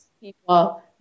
people